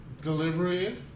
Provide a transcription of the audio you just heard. delivery